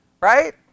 right